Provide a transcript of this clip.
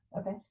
okay